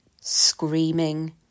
screaming